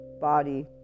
body